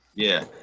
yeah